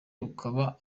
rukaba